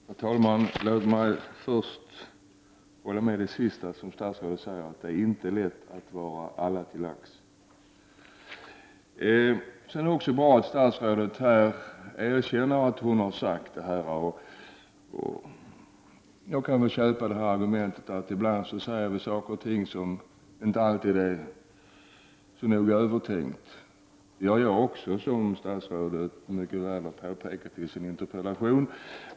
Herr talman! Låt mig först hålla med statsrådet om det sista hon sade: Det är inte lätt att vara alla till lags. Det är bra att statsrådet erkänner att hon gjort detta uttalande, och jag kan ”köpa” argumentet att vi ibland säger saker och ting som inte alltid är så noga övertänkta. Det gör jag också, vilket statsrådet också påpekar i svaret.